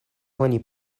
oni